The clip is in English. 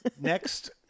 Next